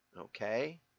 Okay